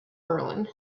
berlin